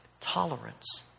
tolerance